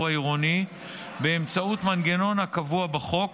העירוני באמצעות מנגנון הקבוע בחוק,